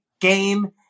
game